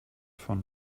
von